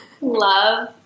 love